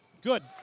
good